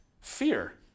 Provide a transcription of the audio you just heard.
fear